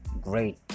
Great